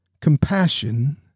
compassion